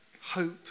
hope